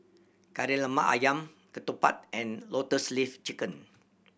Kari Lemak Ayam ketupat and Lotus Leaf Chicken